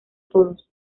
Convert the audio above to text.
todos